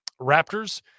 Raptors